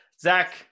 Zach